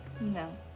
No